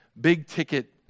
big-ticket